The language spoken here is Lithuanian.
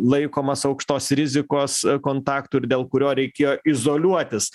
laikomas aukštos rizikos kontaktu ir dėl kurio reikėjo izoliuotis